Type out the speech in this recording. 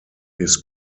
his